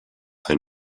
ein